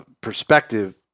perspective